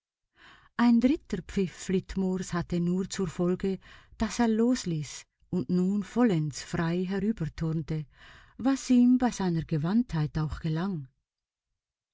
ein dritter pfiff flitmores hatte nur zur folge daß er los ließ und nun vollends frei herüberturnte was ihm bei seiner gewandtheit auch gelang